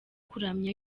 kuramya